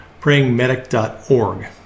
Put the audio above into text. prayingmedic.org